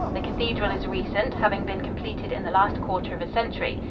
the cathedral is recent, having been completed in the last quarter of a century.